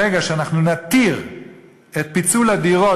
ברגע שאנחנו נתיר את פיצול הדירות,